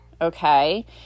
okay